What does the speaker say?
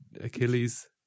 Achilles